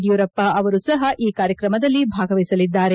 ಯಡಿಯೂರಪ್ಪ ಅವರು ಈ ಕಾರ್ಯಕ್ರಮದಲ್ಲಿ ಭಾಗವಹಿಸಲಿದ್ದಾರೆ